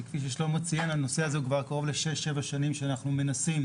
כפי ששלמה ציין, כבר שש-שבע שנים אנחנו מנסים